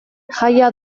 jaia